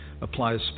applies